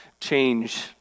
change